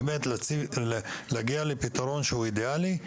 ודבר שני, להגיע לפתרון שהוא אידיאלי.